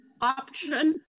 option